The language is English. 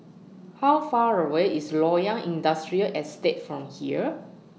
How Far away IS Loyang Industrial Estate from here